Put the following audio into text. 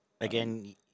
Again